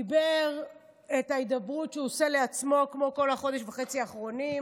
דיבר את ההידברות שהוא עושה עם עצמו כמו כל החודש וחצי האחרונים,